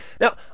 Now